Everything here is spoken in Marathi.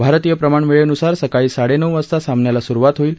भारतीय प्रमाण वेळेनुसार सकाळी साडेनऊ वाजता सामन्याला सुरुवात होईल